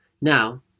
Now